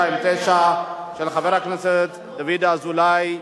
הנושא של הפעלת רמקולים לכניסת השבת.